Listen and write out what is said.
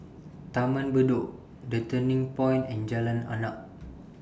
Taman Bedok The Turning Point and Jalan Arnap